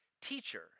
teacher